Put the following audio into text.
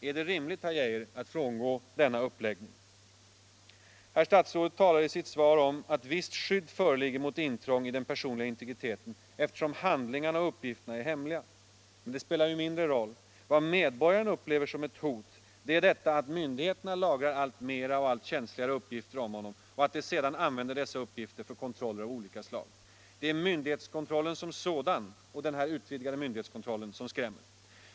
Är det rimligt, herr Geijer, att frångå denna uppläggning? Herr statsrådet talar i sitt svar om att visst skydd föreligger mot intrång i den personliga integriteten eftersom handlingarna och uppgifterna är hemliga. Men det spelar ju mindre roll. Vad den enskilde medborgaren upplever som ett hot, det är detta att myndigheterna lagrar allt flera och allt känsligare uppgifter om honom och att de sedan använder dessa uppgifter för kontroller av olika slag. Det är den utvidgade myndighets 113 kontrollen som sådan som skrämmer.